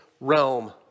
realm